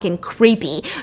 Creepy